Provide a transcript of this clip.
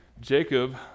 Jacob